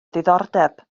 ddiddordeb